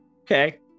Okay